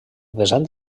vessant